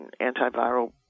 antiviral